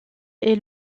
est